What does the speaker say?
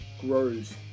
grows